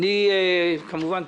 כמובן,